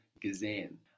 gesehen